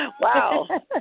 Wow